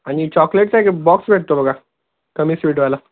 आणि चॉकलेटचा एक बॉक्स भेटतो बघा कमी स्वीटवाला